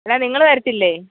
അല്ല നിങ്ങൾ തരത്തില്ലെ